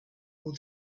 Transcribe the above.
all